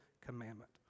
commandment